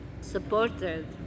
supported